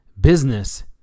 Business